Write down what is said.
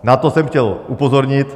Na to jsem chtěl upozornit.